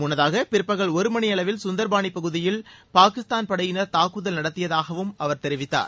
முன்னதாக பிற்பகல் ஒரு மணி அளவில் கந்தர்பாணி பகுதியில் பாகிஸ்தாள் படையினர் தாக்குதல் நடத்தியதாகவும் அவர் தெரிவித்தார்